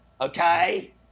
Okay